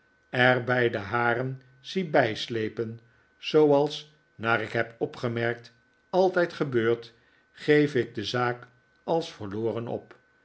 bij de haren zie bijslepen zooals naar ik heb opgemerkt altijd gebeurt geef ik de zaak als verloren op